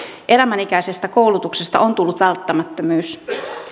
elämänikäisestä koulutuksesta on tullut välttämättömyys